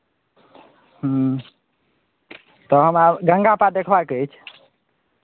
हूँ तऽ हमरा गङ्गा पार देखबाक अछि